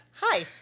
Hi